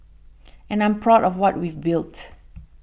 and I'm proud of what we've built